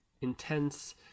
intense